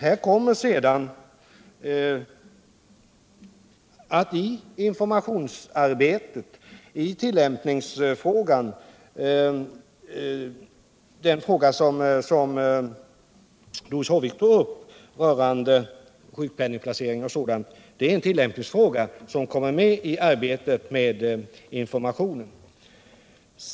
Den fråga som Doris Håvik tog upp rörande placering i sjukpenningklass 0. d. är en tillämpningsfråga, och den kommer att tas med i arbetet med informationen.